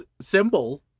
symbol